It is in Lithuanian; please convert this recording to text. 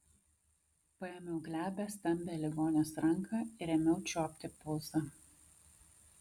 paėmiau glebią stambią ligonės ranką ir ėmiau čiuopti pulsą